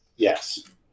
Yes